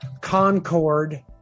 Concord